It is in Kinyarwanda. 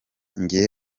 muri